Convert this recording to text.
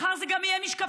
מחר זה גם יהיה משקפיים,